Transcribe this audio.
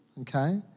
okay